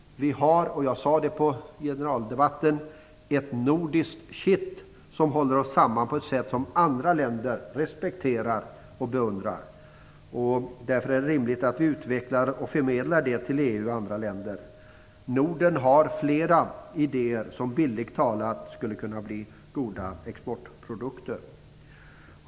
Jag sade i generaldebatten att vi har ett nordiskt kitt som håller oss samman på ett sätt som andra länder respekterar och beundrar. Därför är det rimligt att vi utvecklar och förmedlar det till EU och andra länder. Norden har flera idéer som bildligt talat skulle kunna bli goda exportprodukter.